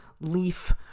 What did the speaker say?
leaf